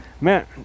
Man